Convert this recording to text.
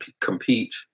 compete